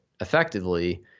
effectively